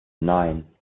nein